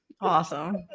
Awesome